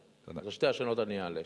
על שתי השאלות אני אענה.